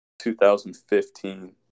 2015